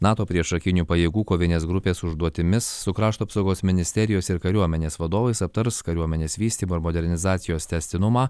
nato priešakinių pajėgų kovinės grupės užduotimis su krašto apsaugos ministerijos ir kariuomenės vadovais aptars kariuomenės vystymo ir modernizacijos tęstinumą